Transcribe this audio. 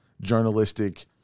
journalistic